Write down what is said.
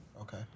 Okay